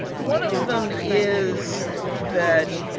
one of them is that,